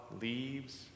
leaves